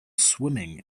swimming